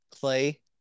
clay